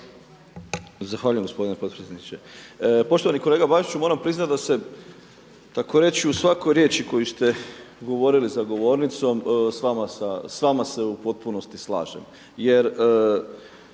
Zahvaljujem gospodine potpredsjedniče. Poštovani kolega Bačiću moram priznati da se takoreći u svakoj riječi koju ste govorili za govornicom sa vama se u potpunosti slažem.